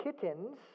kittens